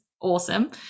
awesome